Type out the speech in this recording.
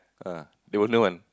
ah they will know one